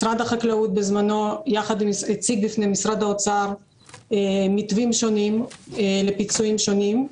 משרד החקלאות בזמנו הציג בפני משרד האוצר מתווים שונים לפיצויים שונים,